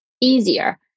easier